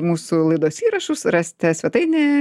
mūsų laidos įrašus rasite svetainė